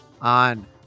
on